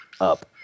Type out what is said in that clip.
up